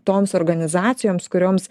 toms organizacijoms kurioms